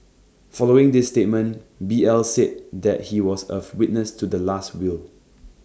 following this statement B L said that he was of witness to the Last Will